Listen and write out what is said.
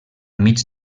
mig